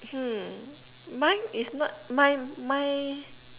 hmm mine is not mine my